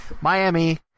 Miami